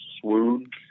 swoon